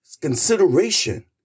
consideration